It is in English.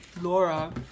Laura